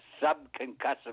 sub-concussive